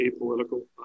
apolitical